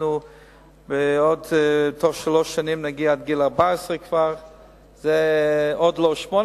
אנחנו בתוך שלוש שנים כבר נגיע עד גיל 14. זה עוד לא 18,